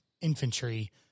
infantry